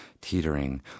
teetering